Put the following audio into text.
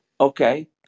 okay